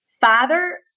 Father